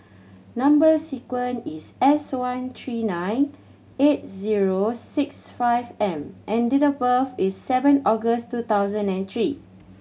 number sequence is S one three nine eight zero six five M and date of birth is seven August two thousand and three